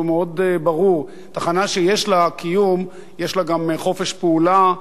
שהוא מאוד ברור: תחנה שיש לה קיום יש לה גם חופש פעולה,